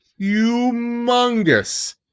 humongous